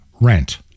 rent